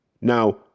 now